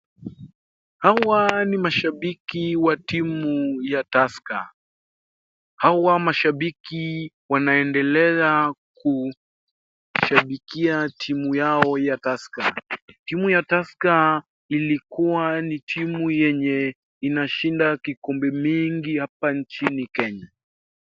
Hawa ni mashabiki wa timu ya Tusker. Hawa mashabiki wanaendelea kushabikia timu yao ya Tusker. Timu ya Tusker ilikuwa ni timu yenye inashinda kikombe mingi hapa nchini Kenya.